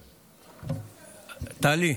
טלי,